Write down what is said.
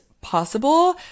possible